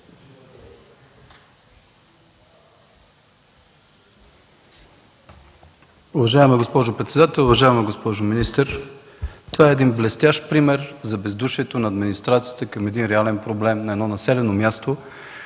Уважаема госпожо председател, уважаема госпожо министър! Това е един блестящ пример за бездушието на администрацията към един реален проблем в едно населено място,